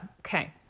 okay